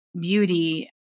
beauty